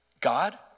God